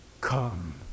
come